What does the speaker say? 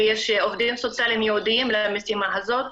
ויש עובדים סוציאליים ייעודיים למשימה הזאת,